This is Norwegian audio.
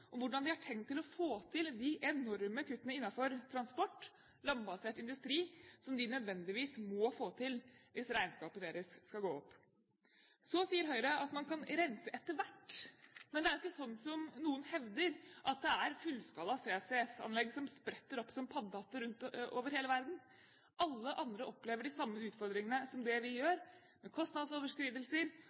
om hvordan de har tenkt å få til de enorme kuttene innenfor transport og landbasert industri som de nødvendigvis må få til hvis regnskapet deres skal gå opp. Så sier Høyre at man kan rense etter hvert. Men det er jo ikke sånn som noen hevder, at fullskala CCS-anlegg spretter opp som paddehatter rundt over hele verden. Alle andre opplever de samme utfordringene som det vi gjør, med kostnadsoverskridelser